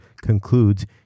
concludes